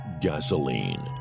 Gasoline